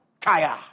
Kaya